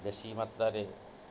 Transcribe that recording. ଦେଶୀ ମାତ୍ରାରେ